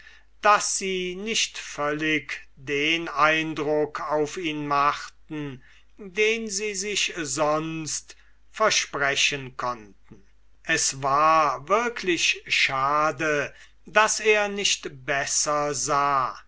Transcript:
daß sie nicht völlig den eindruck auf ihn machten den sie sich sonst versprechen konnten es war wirklich schade daß er nicht besser sah